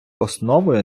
основою